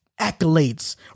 accolades